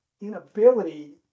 inability